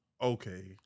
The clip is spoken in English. Okay